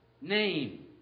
name